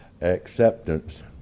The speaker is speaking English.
acceptance